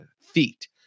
feet